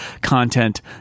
content